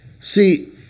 See